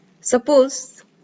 suppose